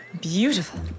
Beautiful